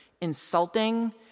insulting